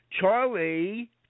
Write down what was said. Charlie